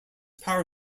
power